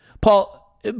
Paul